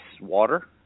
water